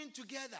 together